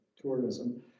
Tourism